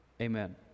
Amen